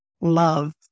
love